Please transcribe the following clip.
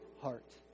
heart